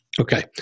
Okay